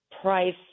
Price